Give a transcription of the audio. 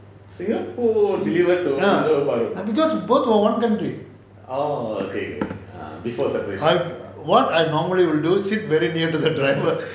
ya because both were one country what I normally will do sit very near to the driver